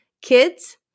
kids